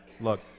look